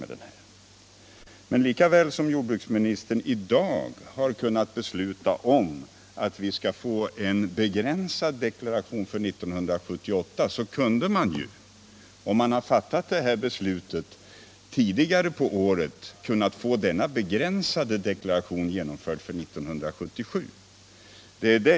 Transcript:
Men lika väl som jordbruksministern i dag har kunnat besluta att vi skall få en begränsad deklaration för 1978 kunde vi ju, om beslutet hade fattats tidigare under året, ha fått denna begränsade deklaration genomförd för 1977.